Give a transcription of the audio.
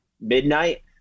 midnight